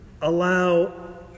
allow